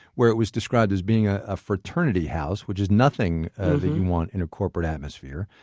where it was described as being ah a fraternity house, which is nothing that you want in a corporate atmosphere,